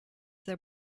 their